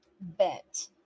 Bet